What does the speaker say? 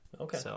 Okay